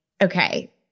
okay